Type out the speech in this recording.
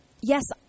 yes